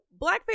blackface